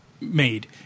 made